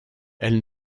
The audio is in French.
elle